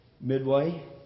Midway